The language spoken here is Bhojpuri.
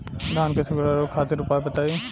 धान के सुखड़ा रोग खातिर उपाय बताई?